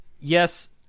yes